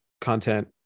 content